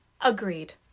agreed